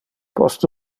post